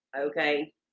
Okay